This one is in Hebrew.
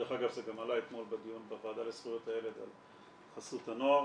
דרך אגב זה גם עלה אתמול בדיון בוועדה לזכויות הילד על חסות הנוער,